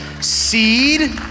seed